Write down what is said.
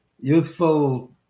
useful